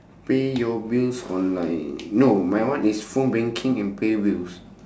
pay your bills online no my one is phone banking and pay bills